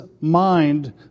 mind